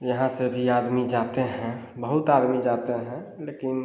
यहाँ से भी आदमी जाते हैं बहुत आदमी जाते हैं लेकिन